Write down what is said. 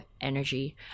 energy